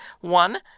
One